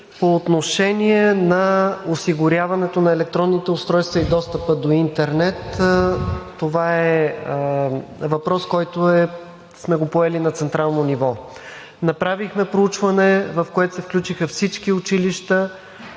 по отношение на осигуряването на електронните устройства и достъпа до интернет – това е въпрос, който сме поели на централно ниво. Направихме проучване, в което се включиха всички училища,